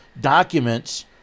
documents